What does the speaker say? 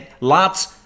lots